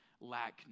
lack